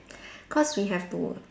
cause we have to